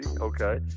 Okay